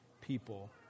people